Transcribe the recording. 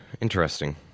Interesting